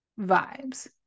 vibes